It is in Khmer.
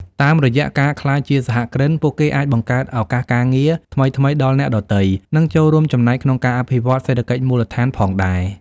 តាមរយៈការក្លាយជាសហគ្រិន ពួកគេអាចបង្កើតឱកាសការងារថ្មីៗដល់អ្នកដទៃ និងចូលរួមចំណែកក្នុងការអភិវឌ្ឍសេដ្ឋកិច្ចមូលដ្ឋានផងដែរ។